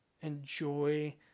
enjoy